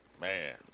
man